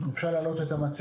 הרישיונות שלנו ניתנו במרכז